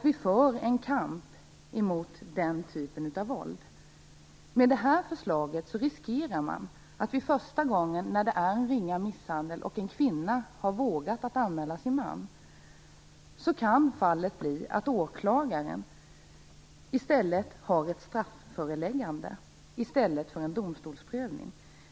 Vi för en kamp mot den typen av våld. Med det här förslaget riskerar man att åklagaren använder sig av strafföreläggande i stället för att låta det gå till domstolsprövning när en kvinna för första gången har vågat anmäla sin man.